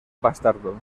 bastardo